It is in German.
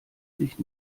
sich